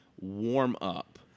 Warm-up